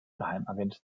geheimagent